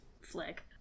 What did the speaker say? flick